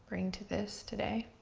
bring to this today.